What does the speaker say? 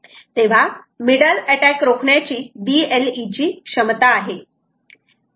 तेव्हा middle attack रोखण्याची BLE ची क्षमता आहे